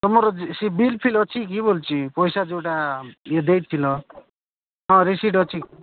ତମର ସେ ବିଲ୍ ଫିଲ୍ ଅଛି କି ବୋଲ୍ଛି ପଇସା ଯେଉଁଟା ଇଏ ଦେଇଥିଲ ହଁ ରିସିପ୍ଟି ଅଛି